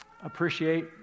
Appreciate